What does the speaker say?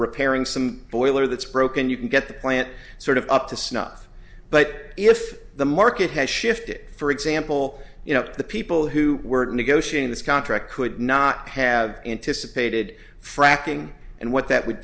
repairing some boiler that's broken you can get the plant sort of up to snuff but if the market has shifted for example you know the people who were negotiating this contract could not have anticipated fracking and what that would